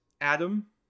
Adam